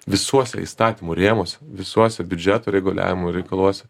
visuose įstatymų rėmuose visuose biudžeto reguliavimo reikaluose